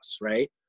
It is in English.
right